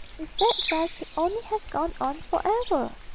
if that drive could only have gone on for ever!